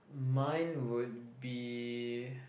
mine would be